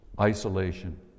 isolation